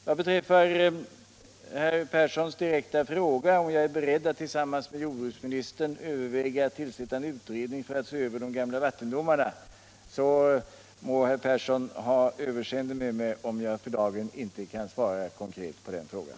Vad beträffar herr Perssons direkta fråga om jag är beredd att tillsammans med jordbruksministern överväga tillsättandet av en utredning för att se över de gamla vattendomarna må herr Persson ha överseende med mig, om jag för dagen inte kan svara konkret på den frågan.